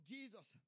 Jesus